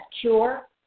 cure